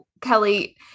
Kelly